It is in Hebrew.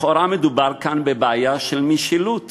לכאורה מדובר כאן בבעיה של משילות